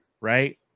right